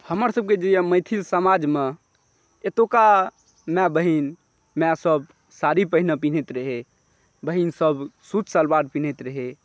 हमर सबके जे यऽ मैथिल समाजमे एतौका माय बहिन माय सब साड़ी पहिने पिन्हैत रहै बहिन सब सूट सलवार पिन्हैत रहै